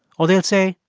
or they'll say,